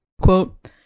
quote